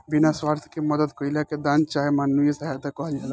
बिना स्वार्थ के मदद कईला के दान चाहे मानवीय सहायता कहल जाला